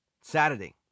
Saturday